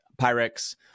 Pyrex